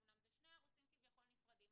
אמנם אלה שני ערוצים כביכול נפרדים,